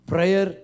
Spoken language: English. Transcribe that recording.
Prayer